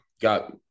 got